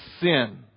sin